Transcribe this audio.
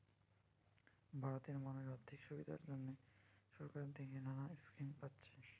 ভারতের মানুষ আর্থিক সুবিধার জন্যে সরকার থিকে নানা স্কিম পাচ্ছে